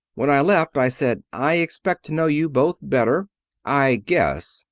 when i left i said, i expect to know you both better i guess,